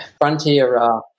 frontier